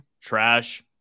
Trash